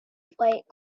fight